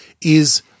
is-